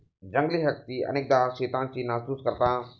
जंगली हत्ती अनेकदा शेतांची नासधूस करतात